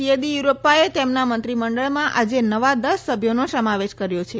યેદીયુરપ્પા એ તેમના મંત્રીમંડળ માં આજે નવા દસ સભ્યોનો સમાવેશ કર્યો છે